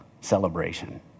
celebration